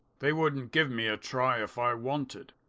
they wouldn't give me a try if i wanted.